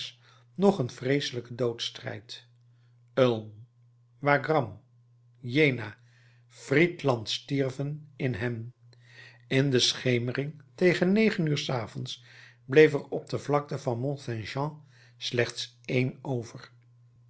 nog een vreeselijken doodsstrijd ulm wagram jena friedland stierven in hen in de schemering tegen negen uur s avonds bleef er op de vlakte van mont saint jean slechts één over